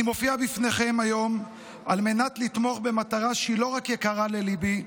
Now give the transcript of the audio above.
אני מופיע בפניכם היום על מנת לתמוך במטרה שהיא לא רק יקרה לליבי,